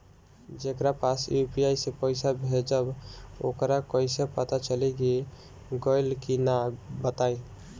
जेकरा पास यू.पी.आई से पईसा भेजब वोकरा कईसे पता चली कि गइल की ना बताई?